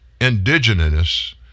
indigenous